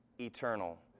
eternal